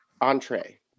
entree